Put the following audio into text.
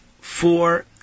four